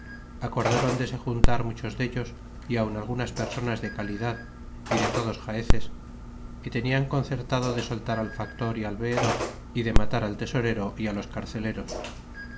acordron de se juntar muchos dellos y aun algunas personas de calidad y de todos jaeces y teaian concertado de soltar al factor y al veedor y de matar al tesorero y los carceleros